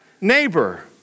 neighbor